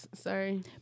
Sorry